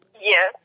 Yes